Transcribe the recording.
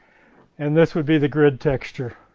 and this would be the grid texture